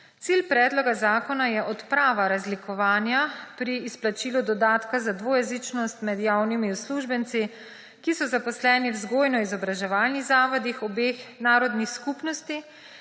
Cilj predloga zakona je odprava razlikovanja pri izplačilu dodatka za dvojezičnost med javnimi uslužbenci, ki so zaposleni v vzgojno-izobraževalnih zavodih obeh narodnih skupnosti,